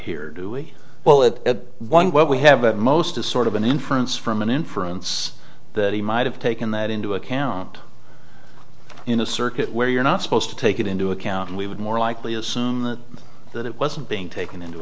here do we well that one what we have at most is sort of an inference from an inference that he might have taken that into account in a circuit where you're not supposed to take it into account and we would more likely assume that that it wasn't being taken into